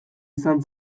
izan